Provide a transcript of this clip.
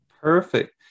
Perfect